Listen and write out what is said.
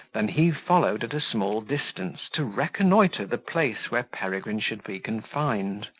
than he followed at a small distance, to reconnoitre the place where peregrine should be confined.